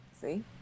see